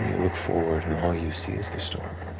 look forward and all you see is the storm,